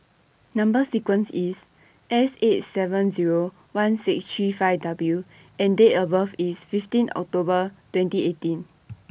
Number sequence IS S eight seven Zero one six three five W and Date of birth IS fifteen October twenty eighteen